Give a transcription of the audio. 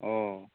অঁ